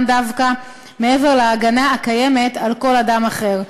דווקא מעבר להגנה הקיימת על כל אדם אחר.